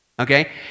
okay